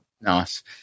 Nice